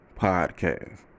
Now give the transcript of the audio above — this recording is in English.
podcast